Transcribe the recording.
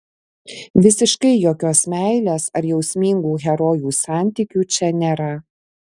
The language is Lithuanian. visiškai jokios meilės ar jausmingų herojų santykių čia nėra